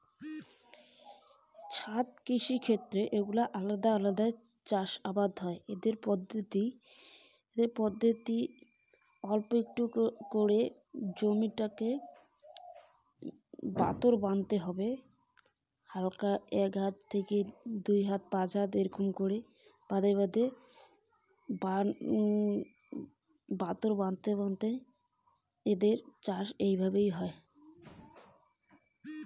ছাদ কৃষি কী এবং এর চাষাবাদ পদ্ধতি কিরূপ?